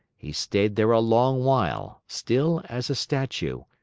he stayed there a long while, still as a statue,